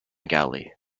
galley